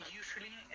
usually